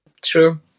True